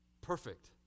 Perfect